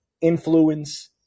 influence